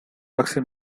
roxy